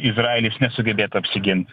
izraelis nesugebėtų apsigint